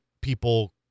people